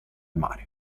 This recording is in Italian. mare